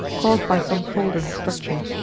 caused by some fault in the structure.